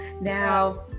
Now